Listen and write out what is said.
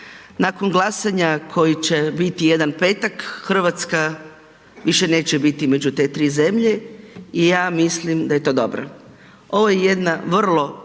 Nakon glasanja koji će biti jedan petak RH više neće biti među te 3 zemlje i ja mislim da je to dobro. Ovo je jedna vrlo